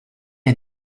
est